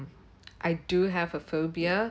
I do have a phobia